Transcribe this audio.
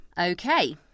okay